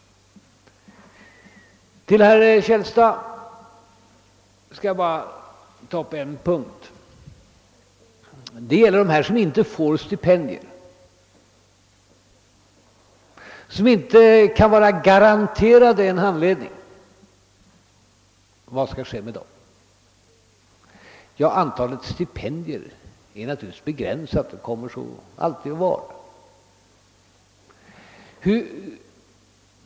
skall jag bara ta upp en punkt. Vad skall ske med dem som inte får stipendier och som inte kan vara garanterade en handledning? Antalet stipendier är naturligtvis begränsat och kommer så alltid att vara.